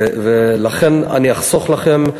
ולכן אני אחסוך לכם.